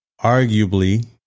arguably